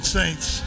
saints